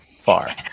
far